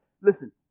Listen